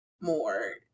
more